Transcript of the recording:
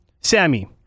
Sammy